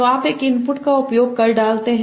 तो आप एक इनपुट का उपयोग कर डालते हैं